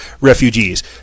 refugees